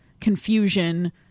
confusion